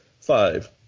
five